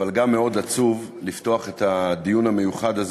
אבל גם מאוד עצוב לפתוח את הדיון המיוחד הזה